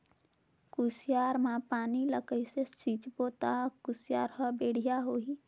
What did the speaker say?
कुसियार मा पानी ला कइसे सिंचबो ता कुसियार हर बेडिया होही?